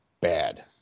bad